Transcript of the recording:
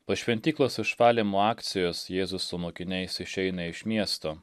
po šventyklos išvalymo akcijos jėzus su mokiniais išeina iš miesto